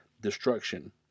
Destruction